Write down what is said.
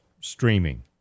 streaming